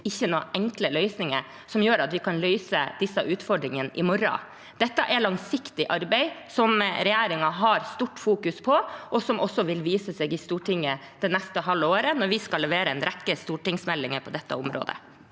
ikke er noen enkle løsninger som gjør at vi kan løse disse utfordringene i morgen. Dette er langsiktig arbeid som regjeringen har fokusert sterkt på, og som også vil vise seg i Stortinget det neste halve året, når vi skal levere en rekke stortingsmeldinger på dette området.